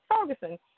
Ferguson